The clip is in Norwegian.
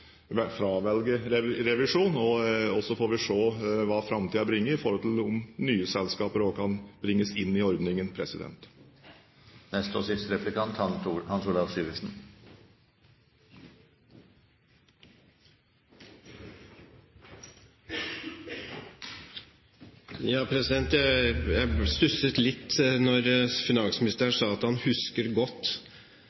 å fravelge revisjon, og så får vi se hva framtiden bringer i forhold til om nye selskaper kan bringes inn i ordningen. Jeg stusset litt når finansministeren